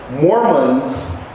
Mormons